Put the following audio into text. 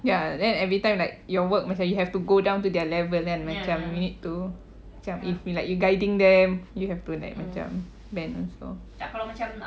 ya then everytime like your work macam you have to go down to their level then macam you need to macam if like you guiding them you have to like macam bend also